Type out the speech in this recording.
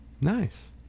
Nice